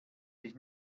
dich